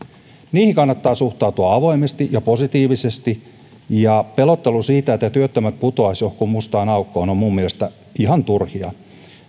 niihin kannattaa suhtautua avoimesti ja positiivisesti pelottelut siitä että työttömät putoaisivat johonkin mustaan aukkoon ovat minun mielestäni ihan turhia